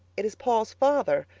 it is paul's father.